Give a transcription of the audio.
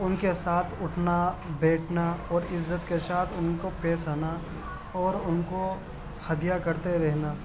ان کے ساتھ اٹھنا بیٹھنا اور عزت کے ساتھ ان کو پیش آنا اور ان کو ہدیہ کرتے رہنا